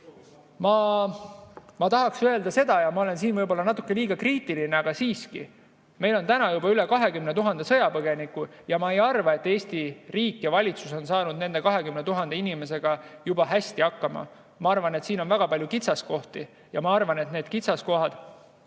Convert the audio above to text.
Ma tahaks öelda seda, ja ma olen võib-olla natukene liiga kriitiline, aga siiski, meil on täna juba üle 20 000 sõjapõgeniku ja ma ei arva, et Eesti riik ja valitsus on saanud nende 20 000 inimesega hästi hakkama. Ma arvan, et siin on väga palju kitsaskohti, ja ma arvan, et need kitsaskohad